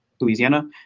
Louisiana